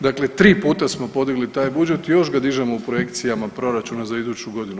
Dakle, tri puta smo podigli taj budžet i još ga dižemo u projekcijama proračuna za iduću godinu.